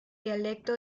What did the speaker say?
dialecto